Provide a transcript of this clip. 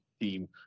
team